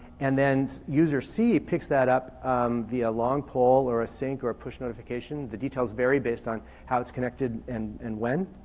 and then user c picks that up via long pole or a sync or push notification. the details vary based on how it's connected and and when.